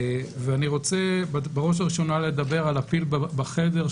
אני רוצה בראש ובראשונה לדבר על הפיל בחדר,